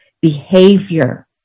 behavior